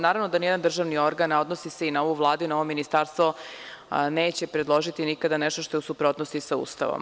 Naravno da nijedan državni organ, a odnosi se i na ovu Vladu i na ovo Ministarstvo, neće predložiti nikada nešto što je u suprotnosti sa Ustavom.